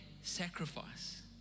sacrifice